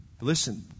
Listen